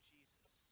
Jesus